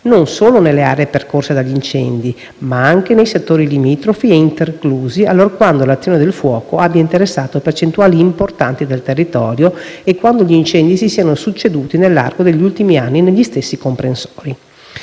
non solo nelle aree percorse dagli incendi, ma anche nei settori limitrofi e interclusi allorquando l'azione del fuoco abbia interessato percentuali importanti del territorio e quando gli incendi si siano succeduti nell'arco degli ultimi anni negli stessi comprensori.